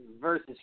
versus